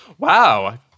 Wow